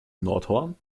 nordhorn